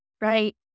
right